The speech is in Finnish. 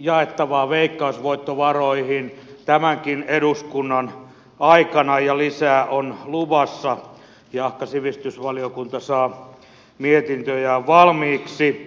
jaettavaa veikkausvoittovaroihin tämänkin eduskunnan aikana ja lisää on luvassa jahka sivistysvaliokunta saa mietintöjään valmiiksi